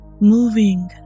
moving